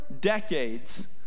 decades